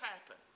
happen